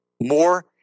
More